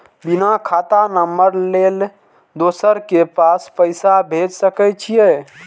बिना खाता नंबर लेल दोसर के पास पैसा भेज सके छीए?